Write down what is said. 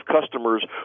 customers